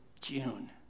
June